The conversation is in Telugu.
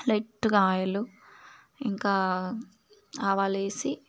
లైట్గా ఆయిలు ఇంకా ఆవాలేసి